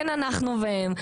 אין אנחנו והם.